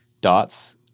dots